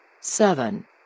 Seven